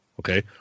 Okay